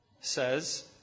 says